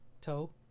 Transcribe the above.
toe